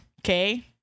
okay